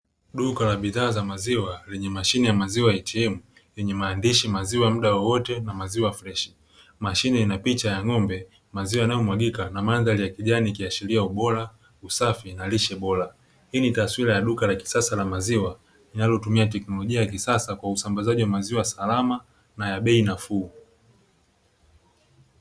Duka la bidhaa za maziwa lenye mashine ya maziwa "ATM" yenye maandishi maziwa muda wa wote na maziwa fresh.i Mashine ina picha ya ng'ombe. Maziwa yanayomwagika na mandhari ya kijani ikiashiria ubora, usafi na lishe bora. Hii ni taswira ya duka la kisasa la maziwa linalotumia teknolojia ya sasa kwa usambazaji wa maziwa salama na ya bei nafuu.